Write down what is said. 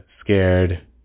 scared